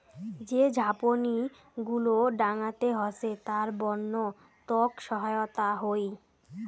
যে ঝাপনি গুলো ডাঙাতে হসে তার বন্য তক সহায়তা হই